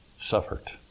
suffered